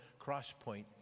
Crosspoint